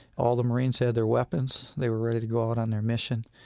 all the marines had their weapons. they were ready to go out on their mission.